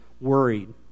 worried